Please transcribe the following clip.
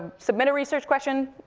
submit a research question,